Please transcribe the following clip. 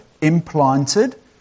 implanted